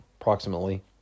approximately